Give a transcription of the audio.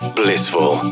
blissful